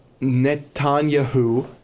Netanyahu